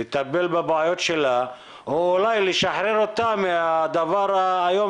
לטפל בבעיות שלה או אולי לשחרר אותה מהדבר האיום